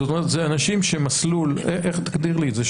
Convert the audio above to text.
זאת אומרת אלה אנשים שהם במסלול תגדיר לי את זה,